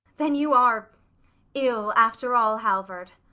then you are ill after all, halvard.